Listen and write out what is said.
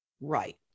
Right